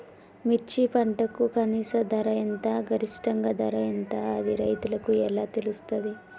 మిర్చి పంటకు కనీస ధర ఎంత గరిష్టంగా ధర ఎంత అది రైతులకు ఎలా తెలుస్తది?